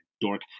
dork